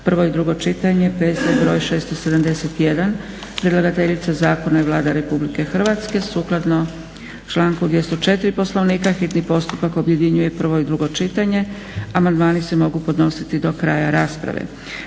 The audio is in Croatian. prvo i drugo čitanje, P.Z. br. 671. Predlagateljica zakona je Vlada RH. Sukladno članku 204. Poslovnika hitni postupak objedinjuje prvo i drugo čitanje, a amandmani se mogu podnositi do kraja rasprave.